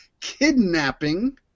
kidnapping